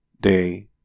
day